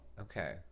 Okay